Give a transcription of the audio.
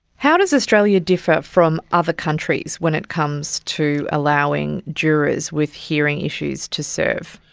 how does australia differ from other countries when it comes to allowing jurors with hearing issues to serve?